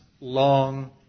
long